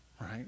right